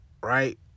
right